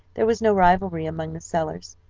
there was no rivalry among the sellers.